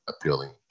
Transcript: appealing